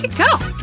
go?